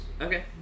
Okay